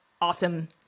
awesome